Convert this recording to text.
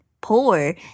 poor